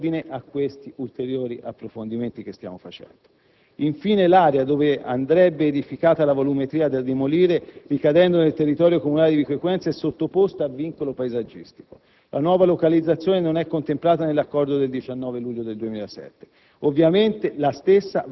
È uno scrupolo in più e daremo volentieri informazione al Parlamento in ordine a questi ulteriori approfondimenti che stiamo operando. Infine, l'area dove andrebbe edificata la volumetria da demolire, ricadendo nel territorio comunale di Vico Equense, è sottoposta a vincolo paesaggistico.